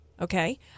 Okay